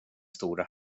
stora